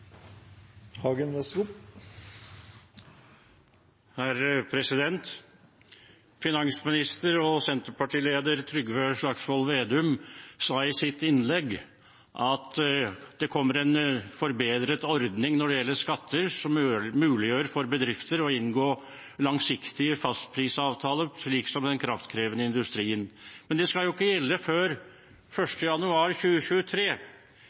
sitt innlegg at det kommer en forbedret ordning når det gjelder skatter, som muliggjør at bedrifter kan inngå langsiktige fastprisavtaler, slik som den kraftkrevende industrien. Men det skal jo ikke gjelde før 1. januar 2023.